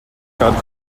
kādu